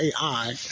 AI